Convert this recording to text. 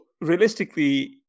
realistically